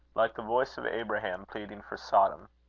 like the voice of abraham pleading for sodom.